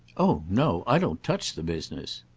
oh no, i don't touch the business.